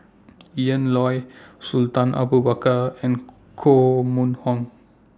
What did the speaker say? Ian Loy Sultan Abu Bakar and Koh Mun Hong